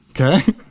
okay